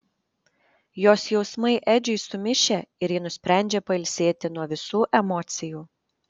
jos jausmai edžiui sumišę ir ji nusprendžia pailsėti nuo visų emocijų